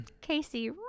Casey